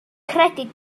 credu